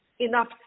enough